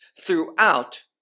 throughout